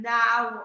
now